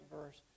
verse